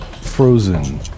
frozen